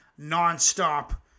nonstop